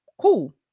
cool